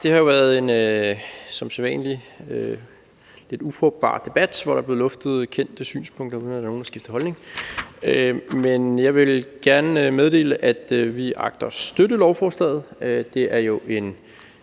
Det har jo – som sædvanlig – været en lidt ufrugtbar debat, hvor der blev luftet kendte synspunkter, uden at der var nogen, der skiftede holdning. Jeg vil gerne meddele, at vi agter at støtte lovforslaget. Det er jo en